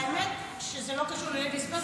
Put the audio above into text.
האמת שזה לא קשור ל-Ladies first.